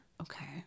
Okay